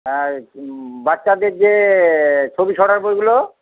হ্যাঁ বাচ্চাদের যে ছবি ছড়ার বইগুলো